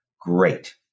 Great